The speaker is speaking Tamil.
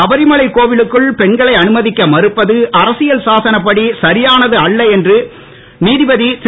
சபரிமலைக் கோவிலுக்குள் பெண்களை அனுமதிக்க மறுப்பது அரசியல்சாசனப் படி சரியானது அல்ல என்று நீதிபதி திரு